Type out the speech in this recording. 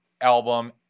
album